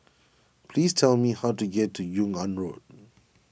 please tell me how to get to Yung An Road